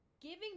giving